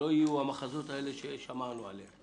כך שלא יהיו המחזות ששמענו עליהם.